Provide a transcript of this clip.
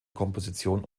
komposition